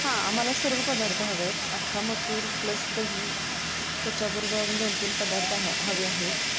हा आम्हाला सर्व पदार्थ हवे आहेत अख्खा मसूर प्लस दही त्याच्याबरोबर अजून दोन तीन पदार्थ ह हवे आहेत